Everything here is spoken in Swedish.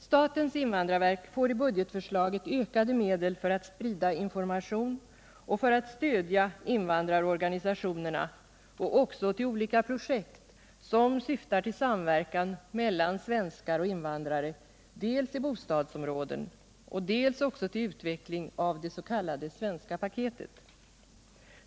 Statens invandrarverk får i budgetförslaget ökade medel för att sprida information och för att stödja invandrarorganisationerna och även pengar till olika projekt som syftar till samverkan mellan svenskar och invandrare i bostadsområden samt också till en utveckling av det s.k. svenska paketet.